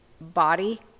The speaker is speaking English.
body